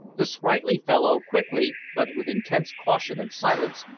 the sprightly fellow quickly, but with intense caution and silence,